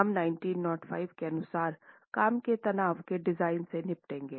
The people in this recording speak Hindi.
हम 1905 के अनुसार काम के तनाव के डिजाइन से निपटेंगे